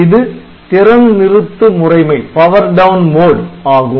இது திறன் நிறுத்து முறைமை ஆகும்